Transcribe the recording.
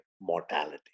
mortality